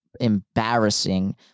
embarrassing